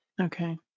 Okay